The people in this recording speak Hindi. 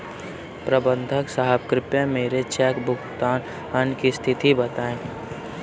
प्रबंधक साहब कृपया मेरे चेक भुगतान की स्थिति बताएं